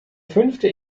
fünfte